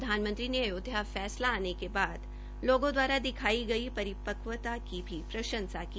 प्रधानमंत्री ने अयोध्या फैसला आने के बाद लोगों दवारा दिखाई गई परिपक्वता की भी प्रंशसा की